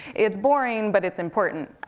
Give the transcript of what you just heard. it's boring, but it's important.